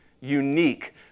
unique